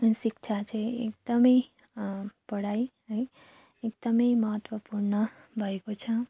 शिक्षा चाहिँ एकदम पढाइ है एकदम महत्त्वपूर्ण भएको छ